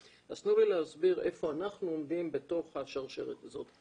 אז תנו לי להסביר איפה אנחנו עומדים בתוך השרשרת הזאת.